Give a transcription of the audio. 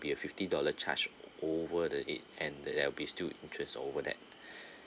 be a fifty dollar charge over the edge and there will be still interest over that